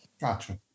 Gotcha